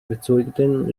erzeugten